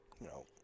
No